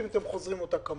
והיא קרתה.